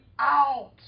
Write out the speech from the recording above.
out